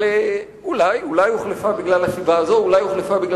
ככל הנראה הפעם הוחלפה בגלל סיבות אחרות.